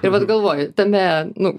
ir vat galvoju tame nu